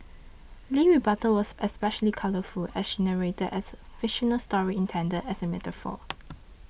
Lee's rebuttal was especially colourful as she narrated as fictional story intended as a metaphor